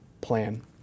plan